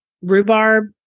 Rhubarb